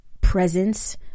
presence